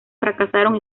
fracasaron